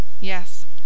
Yes